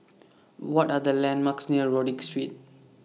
What Are The landmarks near Rodyk Street